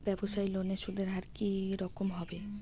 ব্যবসায়ী লোনে সুদের হার কি রকম হবে?